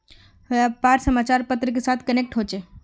व्यापार समाचार पत्र के साथ कनेक्ट होचे?